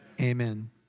Amen